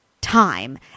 time